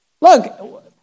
Look